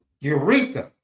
Eureka